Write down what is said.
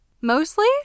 Mostly